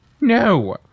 No